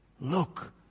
look